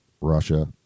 Russia